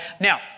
Now